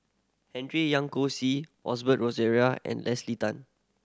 Henry Young See Osbert Rozario and Leslie Tan